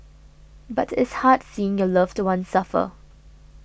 but it's hard seeing your loved one suffer